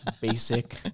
basic